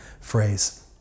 phrase